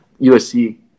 USC